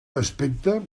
aspecte